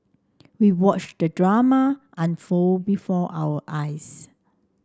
we watched the drama unfold before our eyes